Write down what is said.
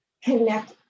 connect